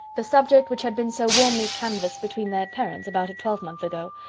the subject which had been so warmly canvassed between their parents, about a twelvemonth ago,